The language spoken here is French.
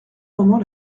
moment